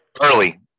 Early